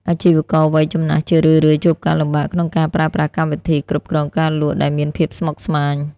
អាជីវករវ័យចំណាស់ជារឿយៗជួបការលំបាកក្នុងការប្រើប្រាស់កម្មវិធីគ្រប់គ្រងការលក់ ដែលមានភាពស្មុគស្មាញ។